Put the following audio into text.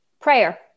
Prayer